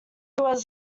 was